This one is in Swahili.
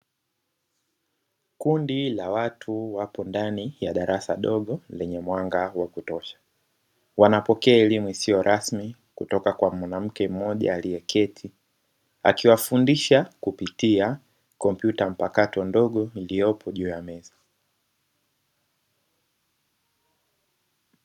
Kundi la watu wapo ndani ya darasa dogo, lenye mwanga wa kutosha, wanapokea elimu isiyo rasmi kutoka kwa mwanamke mmoja, aliye keti akiwafundisha kupitia kompyuta mpakato ndogo iliyopo juu ya meza.